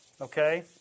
okay